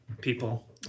people